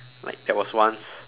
like there was once